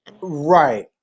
right